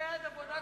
את